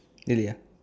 really ah